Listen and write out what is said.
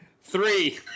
Three